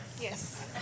Yes